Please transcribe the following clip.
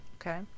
Okay